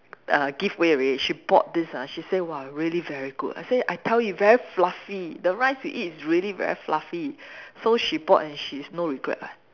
uh give away already she bought this ah she say !wah! really very good I say I tell you very fluffy the rice you eat is really very fluffy so she bought and she's no regret ah